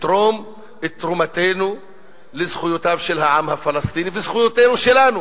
לתרום את תרומתנו לזכויותיו של העם הפלסטיני ולזכויותינו שלנו.